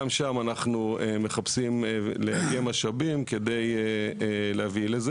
גם שם, אנחנו מחפשים לעגם משאבים כדי להביא לכך.